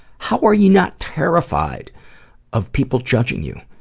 how are you not terrified of people judging you?